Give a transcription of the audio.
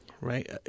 right